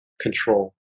control